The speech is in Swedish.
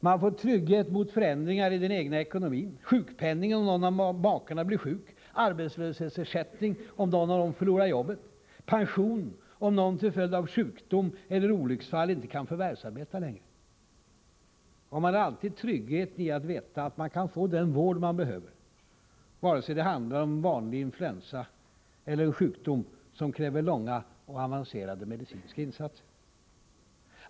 Man får trygghet mot förändringar i den egna ekonomin: sjukpenning om någon av makarna blir sjuk, arbetslöshetsersättning om någon av dem förlorar jobbet, pension om någon till följd av sjukdom eller olycksfall inte kan förvärvsarbeta längre. Och man har alltid tryggheten i att veta att man kan få den vård man behöver, vare sig det handlar om en vanlig influensa eller en sjukdom som kräver långa och avancerade medicinska insatser.